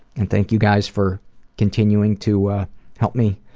and thank you guys for continuing to help me